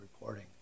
reporting